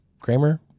Kramer